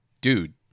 dude